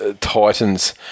Titans